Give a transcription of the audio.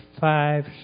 five